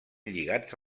lligats